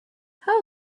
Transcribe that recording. how